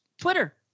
Twitter